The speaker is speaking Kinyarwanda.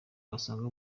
wasanga